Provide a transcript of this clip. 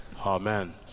Amen